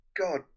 god